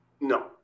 no